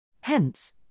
Hence